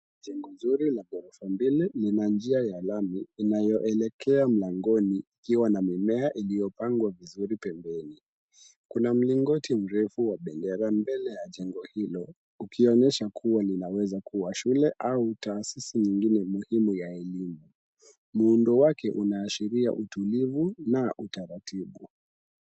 Jengo nzuri la ghorofa mbili lina njia ya lami inayoelekea mlangoni ikiwa na mimea iliyopangwa vizuri pembeni. Kuna mlingoti mrefu wa bendera mbele ya jengo hilo ukionyesha kuwa linawezakua shule au taasisi nyingine muhimu ya elimu. Muundo wake unaashiria utulivu na utaratibu.